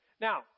Now